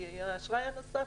כי האשראי הנוסף